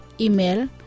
Email